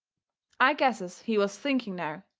i guesses he was thinking now,